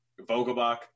Vogelbach